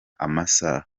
amasaha